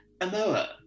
Amoa